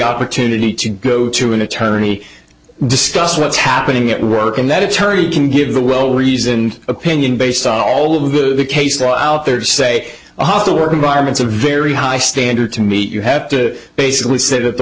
opportunity to go to an attorney discuss what's happening at work and that attorney can give the well reasoned opinion based on all of the case law out there say a hostile work environment to very high standard to meet you have to basically sit at the